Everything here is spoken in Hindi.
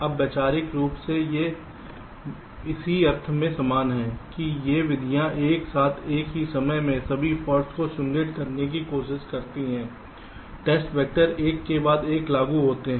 अब वैचारिक रूप से वे इसी अर्थ में समान हैं कि ये विधियाँ एक साथ एक ही समय में सभी फॉल्ट्स को सिमुलेट करने की कोशिश करती हैं टेस्ट वैक्टर एक के बाद एक लागू होते हैं